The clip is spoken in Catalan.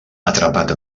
atrapat